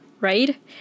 right